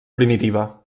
primitiva